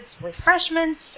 refreshments